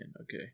Okay